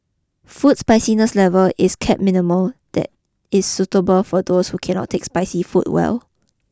food spiciness level is kept minimal that is suitable for those who cannot take spicy food well